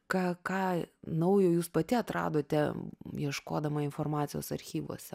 ką ką naujo jūs pati atradote ieškodama informacijos archyvuose